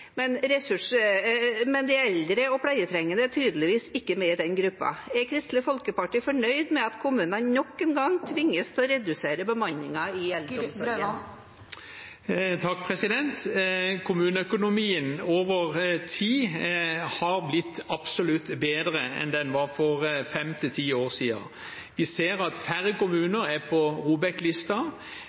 men de eldre og pleietrengende er tydeligvis ikke med i den gruppa. Er Kristelig Folkeparti fornøyd med at kommunene nok en gang tvinges til å redusere bemanningen i eldreomsorgen? Kommuneøkonomien over tid har absolutt blitt bedre enn den var for fem–ti år siden. Vi ser at færre kommuner er på